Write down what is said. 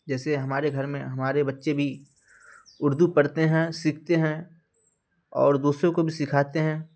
جیسے ہمارے گھر میں ہمارے بچے بھی اردو پڑھتے ہیں سیکھتے ہیں اور دوسروں کو بھی سکھاتے ہیں